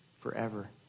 forever